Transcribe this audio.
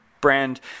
brand